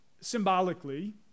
symbolically